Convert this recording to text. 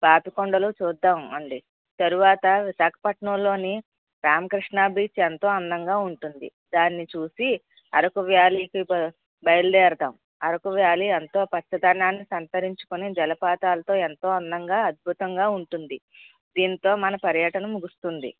పాపి కొండలు చూద్దాము అండి తరువాత విశాఖపట్నంలోని రామకృష్ణ బ్రిడ్జ్ ఎంతో అందంగా ఉంటుంది దాన్ని చూసి అరకు వ్యాలీకి బయలుదేరదాము అరకు వ్యాలీ ఏంతో పచ్చదనాన్ని సంతరించుకొని జలపాతాలతో ఎంతో అందంగా అద్బుతంగా ఉంటుంది దీనితో మన పర్యటన ముగుస్తుంది